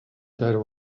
der